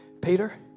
Peter